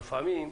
אבל לפעמים,